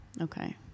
Okay